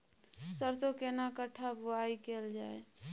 सरसो केना कट्ठा बुआई कैल जाय?